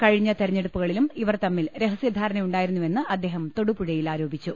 കഴിഞ്ഞ തെരഞ്ഞെടുപ്പുകളിലും ഇവർ തമ്മിൽ രഹസ്യ ധാരണയുണ്ടായിരുന്നുവെന്ന് അദ്ദേഹം തൊടുപുഴയിൽ ആരോ പിച്ചു